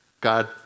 God